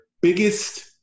biggest